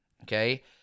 Okay